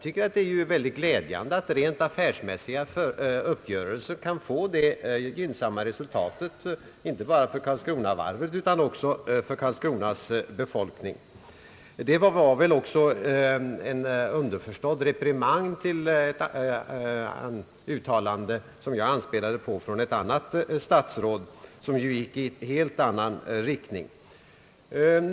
Det är glädjande att rent affärsmässiga uppgörelser kan få det gynnsamma resultatet, inte bara för Karlskronavarvet utan också för Karlskronas befolkning. Det var väl också en underförstådd reprimand till ett utta lande som jag anspelade på från ett annat statsråd och som gick i en helt annan riktning.